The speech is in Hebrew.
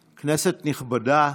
נכבדה,